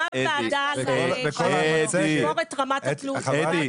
הוקמה ועדה למנוע את רמת התלות מבחינת